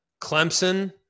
Clemson